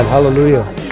hallelujah